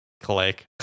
Click